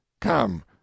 come